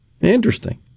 Interesting